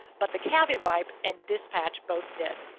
but the caviwipe and dispatch both did.